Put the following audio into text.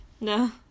No